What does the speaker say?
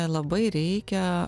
labai reikia